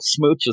smooches